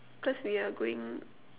cause we are going